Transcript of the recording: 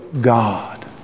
God